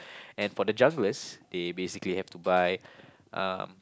and for the junglers they basically have to buy um